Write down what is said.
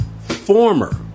Former